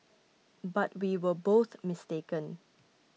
but we were both mistaken